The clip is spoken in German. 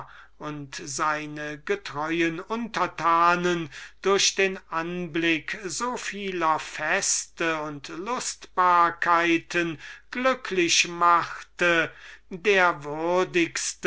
und seine getreuen untertanen durch den anblick so vieler feste und lustbarkeiten glücklich machte der